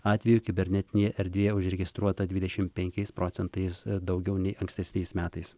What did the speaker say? atvejų kibernetinėje erdvėje užregistruota dvidešim penkiais procentais daugiau nei ankstesniais metais